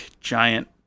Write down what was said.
giant